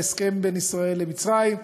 בהסכם בין ישראל למצרים,